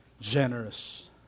generous